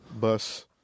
bus